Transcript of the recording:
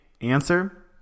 answer